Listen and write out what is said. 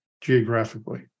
geographically